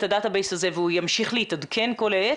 בסיס הנתונים הזה והוא ימשיך להתעדכן כל העת?